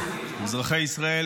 אזרחי ישראל,